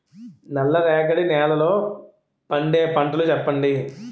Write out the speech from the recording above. నల్ల రేగడి నెలలో పండే పంటలు చెప్పండి?